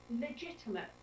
legitimate